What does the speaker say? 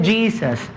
Jesus